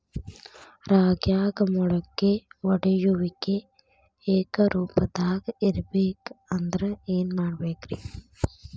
ರಾಗ್ಯಾಗ ಮೊಳಕೆ ಒಡೆಯುವಿಕೆ ಏಕರೂಪದಾಗ ಇರಬೇಕ ಅಂದ್ರ ಏನು ಮಾಡಬೇಕ್ರಿ?